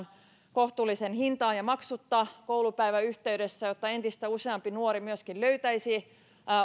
kohtuulliseen hintaan ja maksutta koulupäivän yhteydessä jotta entistä useampi nuori myöskin löytäisi